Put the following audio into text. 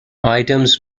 items